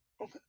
Okay